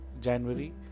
January